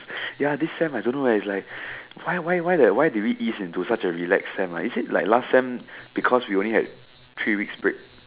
ya this sem I don't know eh it's like why why why did we ease into such a relaxed sem ah is it like last sem we only had like three weeks break